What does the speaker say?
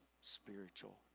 spiritual